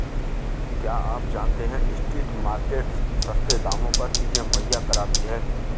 क्या आप जानते है स्ट्रीट मार्केट्स सस्ते दामों पर चीजें मुहैया कराती हैं?